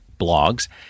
Blogs